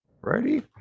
ready